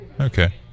Okay